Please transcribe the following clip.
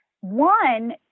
one